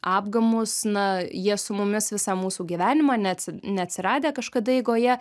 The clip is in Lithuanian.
apgamus na jie su mumis visą mūsų gyvenimą net neatsiradę kažkada eigoje